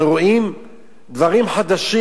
אנחנו רואים דברים חדשים.